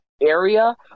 area